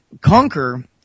conquer